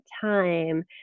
time